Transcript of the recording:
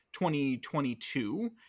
2022